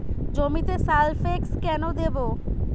জমিতে সালফেক্স কেন দেবো?